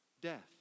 Death